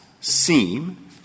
seem